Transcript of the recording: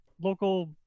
local